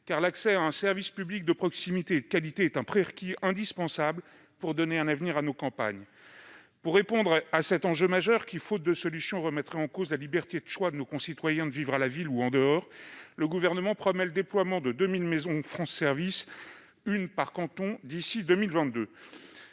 Car l'accès à un service public de proximité et de qualité est un prérequis indispensable pour donner un avenir à nos campagnes. Pour répondre à cet enjeu majeur, qui, faute de solution, remettrait en cause la liberté de choix de nos concitoyens de vivre à la ville ou en dehors, le Gouvernement promet le déploiement de 2 000 maisons France Services, une par canton, d'ici à 2022.